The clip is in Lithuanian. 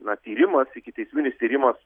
na tyrimas ikiteisminis tyrimas